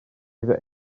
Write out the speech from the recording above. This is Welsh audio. fydd